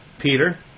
Peter